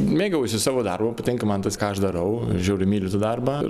mėgaujuosi savo darbu patinka man tas ką aš darau žiauriai myliu tą darbą